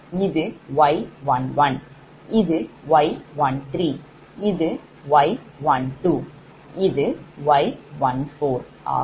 இது Y11 இதுY13இதுY12இதுY14 ஆகும்